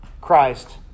Christ